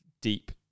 deep